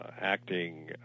acting